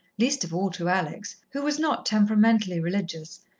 least of all to alex, who was not temperamentally religious,